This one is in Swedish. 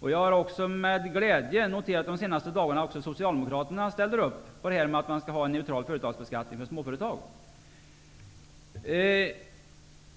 Jag har de senaste dagarna med glädje noterat att också Socialdemokraterna ställer upp på att det skall vara en neutral företagsbeskattning för småföretag.